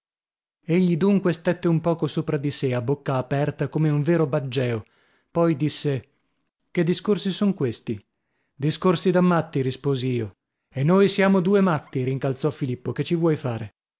egli dunque stette un poco sopra di sè a bocca aperta come un vero baggeo poi disse che discorsi son questi discorsi da matti risposi io e noi siamo due matti rincalzò filippo che ci vuoi fare